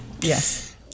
yes